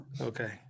okay